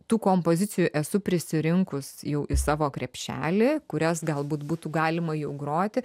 tų kompozicijų esu prisirinkus jau į savo krepšelį kurias galbūt būtų galima jau groti